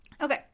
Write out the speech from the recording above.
Okay